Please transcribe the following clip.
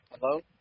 hello